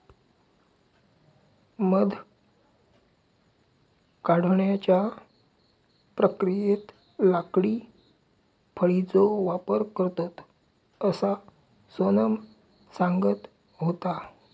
मध काढण्याच्या प्रक्रियेत लाकडी फळीचो वापर करतत, असा सोनम सांगत होता